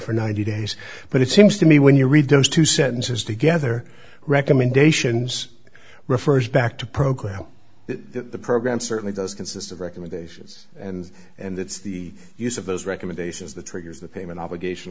for ninety days but it seems to me when you read those two sentences together recommendations refers back to program that the program certainly does consist of recommendations and and that's the use of those recommendations that triggers the payment obligation